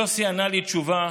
יוסי ענה לי תשובה